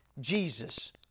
Jesus